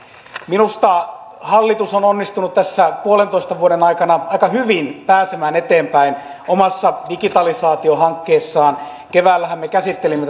minusta hallitus on onnistunut tässä puolentoista vuoden aikana aika hyvin pääsemään eteenpäin omassa digitalisaatiohankkeessaan keväällähän me käsittelimme